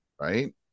right